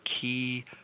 key